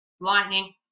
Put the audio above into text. lightning